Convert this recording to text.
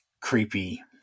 creepy